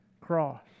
cross